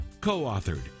Co-authored